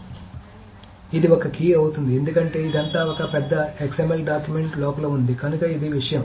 కాబట్టి ఇది ఒక కీ అవుతుంది ఎందుకంటే ఇదంతా ఒక పెద్ద XML డాక్యుమెంట్ లోపల ఉంది కనుక ఇది విషయం